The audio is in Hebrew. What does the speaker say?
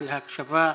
על ההקשבה,